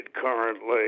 currently